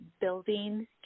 building